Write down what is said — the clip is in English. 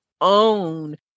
own